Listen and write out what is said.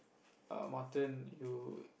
err mutton you